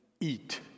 eat